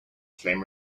flame